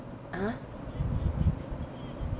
ah